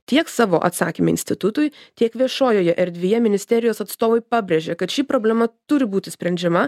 tiek savo atsakyme institutui tiek viešojoje erdvėje ministerijos atstovai pabrėžė kad ši problema turi būti sprendžiama